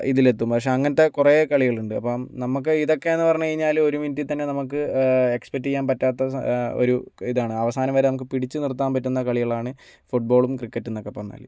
ഇതിലെത്തും പക്ഷെ അങ്ങനത്തെ കുറേ കളികളുണ്ട് അപ്പം നമുക്ക് ഇതൊക്കെ എന്ന് പറഞ്ഞു കഴിഞ്ഞാൽ ഒരു മിനിറ്റിൽ തന്നെ നമുക്ക് എക്സ്പെക്റ്റ് ചെയ്യാൻ പറ്റാത്ത സാ ഒരു ഇതാണ് അവസാനം വരെ നമുക്ക് പിടിച്ച് നിർത്താൻ പറ്റുന്ന കളികളാണ് ഫുട്ബോളും ക്രിക്കറ്റും എന്നൊക്കെ പറഞ്ഞാൽ